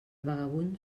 vagabund